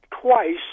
twice